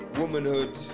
womanhood